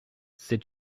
sais